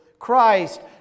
Christ